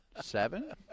Seven